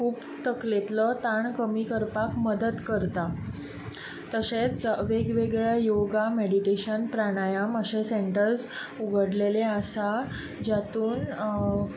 खूब तकलेंतलो ताण कमी करपाक मदत करता तशेंच वेग वेगळ्या योगा मॅडिटेशन प्राणायाम अशे सँटर्ज उगडलेले आसा ज्यातून